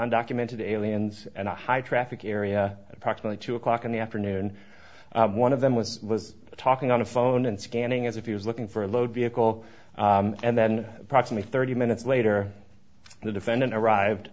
undocumented aliens and a high traffic area approximately two o'clock in the afternoon one of them was talking on the phone and scanning as if he was looking for a load vehicle and then approximately thirty minutes later the defendant arrived